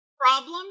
problem